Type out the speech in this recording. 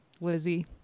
Lizzie